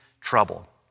trouble